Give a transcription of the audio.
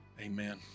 Amen